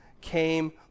came